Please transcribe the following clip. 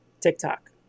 TikTok